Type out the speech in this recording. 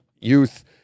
youth